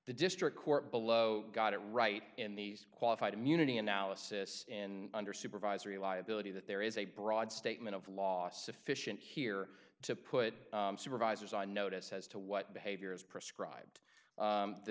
the district court below got it right in these qualified immunity analysis in under supervisory liability that there is a broad statement of law sufficient here to put supervisors i notice as to what behavior is prescribed